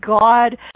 God